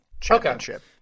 championship